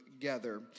together